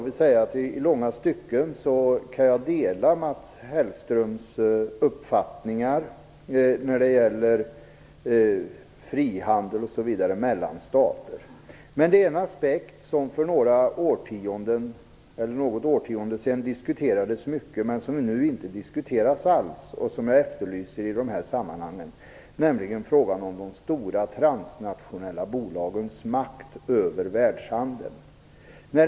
I långa stycken kan jag dela Mats Hellströms uppfattningar om bl.a. frihandel mellan stater. Men det finns en aspekt som för något årtionde sedan diskuterades mycket men som nu inte diskuteras alls och som jag efterlyser i de här sammanhangen, nämligen frågan om de stora transnationella bolagens makt över världshandeln.